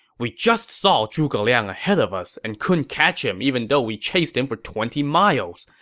we just saw zhuge liang ahead of us and couldn't catch him even though we chased him for twenty miles.